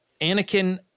Anakin